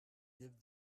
give